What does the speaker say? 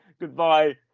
Goodbye